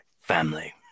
Family